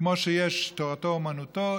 כמו שיש תורתו אומנותו,